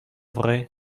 vrai